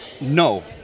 No